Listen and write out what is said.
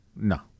No